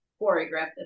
choreographed